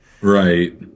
Right